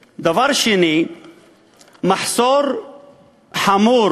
2. מחסור חמור